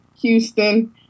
Houston